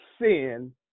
sin